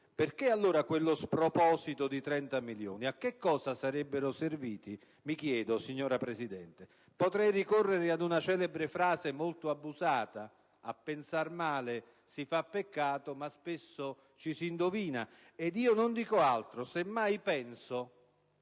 perché allora quello sproposito di 30 milioni? Mi chiedo a cosa sarebbero serviti, signora Presidente. Potrei ricorrere ad una celebre frase molto abusata: «A pensar male si fa peccato, ma spesso ci si indovina». Non dico altro; semmai penso,